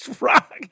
rock